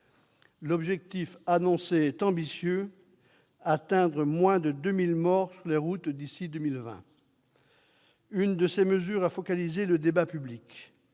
L'objectif annoncé est ambitieux : atteindre moins de 2 000 morts sur les routes d'ici à 2020. L'une de ces mesures a focalisé le débat public